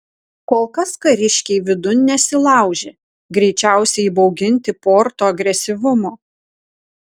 kol kas kariškiai vidun nesilaužė greičiausiai įbauginti porto agresyvumo